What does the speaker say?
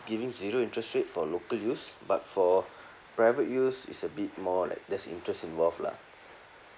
giving zero interest rate for local use but for private use is a bit more like there's interest involved lah